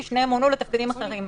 כי שניהם מונו לתפקידים אחרים.